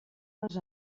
les